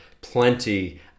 plenty